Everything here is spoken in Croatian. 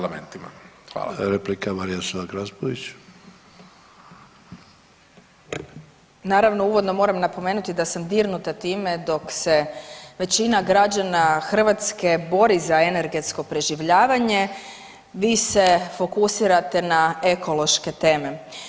Naravno uvodno moram napomenuti da sam dirnuta time dok se većina građana Hrvatske bori za energetsko preživljavanje, vi se fokusirate na ekološke teme.